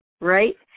right